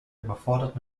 überfordert